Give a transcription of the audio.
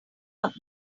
are